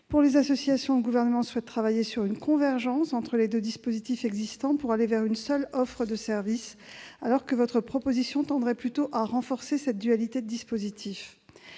Pour les associations, le Gouvernement souhaite travailler sur une convergence entre les deux dispositifs existants, pour aller vers une seule offre de service, alors que votre proposition tendrait plutôt à renforcer cette dualité de dispositifs.